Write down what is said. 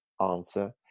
answer